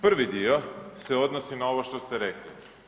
Prvi dio se odnosi na ovo što ste rekli.